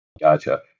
Gotcha